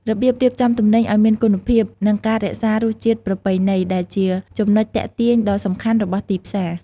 ការរៀបចំទំនិញឱ្យមានគុណភាព និងការរក្សារសជាតិប្រពៃណី ដែលជាចំណុចទាក់ទាញដ៏សំខាន់របស់ទីផ្សារ។